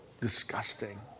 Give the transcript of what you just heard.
disgusting